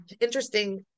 interesting